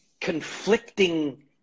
conflicting